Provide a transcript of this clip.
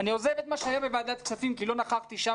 אני עוזב את מה שהיה בוועדת כספים כי לא נכחתי שם